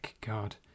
God